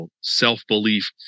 self-belief